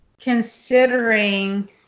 considering